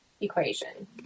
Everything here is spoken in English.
equation